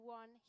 one